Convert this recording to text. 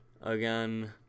Again